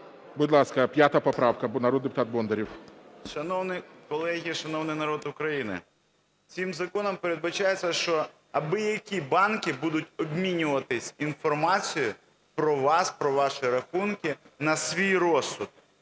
Будь ласка, 5 поправка. Народний депутат Бондарєв. 13:52:11 БОНДАРЄВ К.А. Шановні колеги, шановний народ України! Цим законом передбачається, що абиякі банки будуть обмінюватися інформацією про вас, про ваші рахунки на свій розсуд.